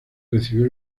recibió